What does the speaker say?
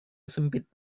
sempit